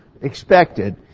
expected